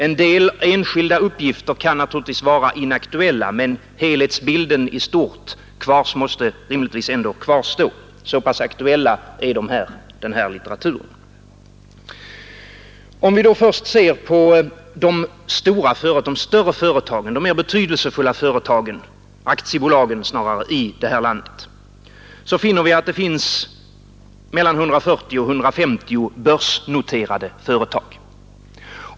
En del enskilda uppgifter kan ju vara inaktuella, men bilden i stort måste rimligtvis kvarstå, så pass aktuell är den här litteraturen. Om vi då först ser på de större, mer betydelsefulla företagen — eller snarare aktiebolagen — här i landet, konstaterar vi att det finns mellan 140 och 150 börsnoterade företag.